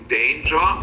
danger